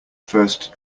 first